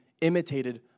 imitated